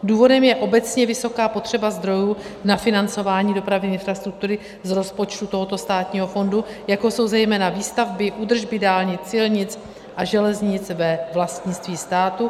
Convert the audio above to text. Důvodem je obecně vysoká potřeba zdrojů na financování dopravní infrastruktury z rozpočtu tohoto státního fondu, jako jsou zejména výstavby, údržby dálnic, silnic a železnic ve vlastnictví státu.